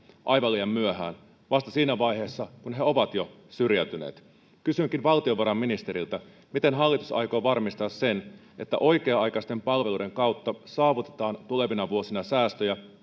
aivan liian myöhään vasta siinä vaiheessa kun he ovat jo syrjäytyneet kysynkin valtiovarainministeriltä miten hallitus aikoo varmistaa sen että oikea aikaisten palveluiden kautta saavutetaan tulevina vuosina säästöjäkin